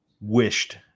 wished